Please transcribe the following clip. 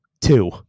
Two